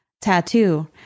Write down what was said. tattoo